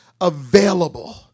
available